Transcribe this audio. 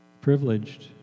privileged